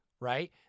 right